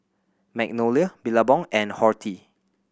Magnolia Billabong and Horti